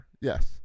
yes